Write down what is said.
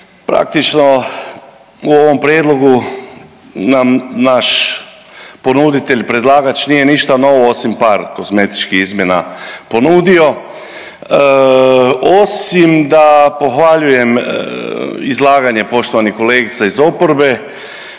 praktično u ovom prijedlogu naš ponuditelj, predlagač nije ništa novo osim par kozmetičkih izmjena ponudio, osim da pohvaljujem izlaganje poštovanih kolegica iz oporbe